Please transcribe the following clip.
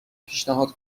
پیشنهاد